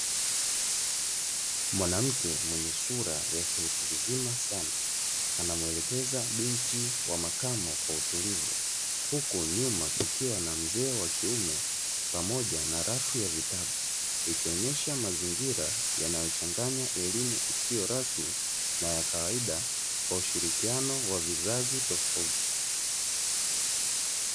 Mwanamke mwenye sura ya kiutuuzima sana anemuelekza binti wa makamo kwa utulivu, huku nyuma kukiwa na mzee wa kiume pamoja na rafu ya vitabu ikionesha mazingiria yanayo changanya elimu isiyo rasmi na ya kawaida kwa ushirikiano wa vizazi tofauti.